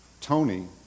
Tony